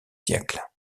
siècle